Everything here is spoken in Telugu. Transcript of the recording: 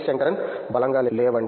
శంకరన్ బలంగా లేవండి